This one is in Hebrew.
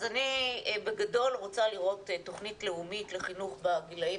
אז אני בגדול רוצה לראות תוכנית לאומית לחינוך בגילאים